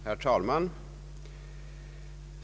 Herr talman!